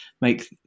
make